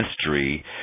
mystery